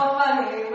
funny